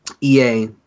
EA